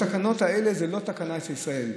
התקנות האלה זה לא תקנה של ישראל,